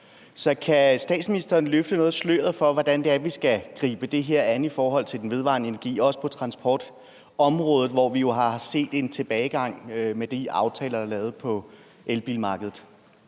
Så kan statsministeren løfte noget af sløret for, hvordan vi skal gribe det her an i forhold til den vedvarende energi, også på transportområdet, hvor vi jo har set en tilbagegang med de aftaler, der er lavet på elbilmarkedet?